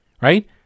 right